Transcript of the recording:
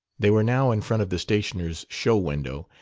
they were now in front of the stationer's show-window,